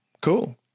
Cool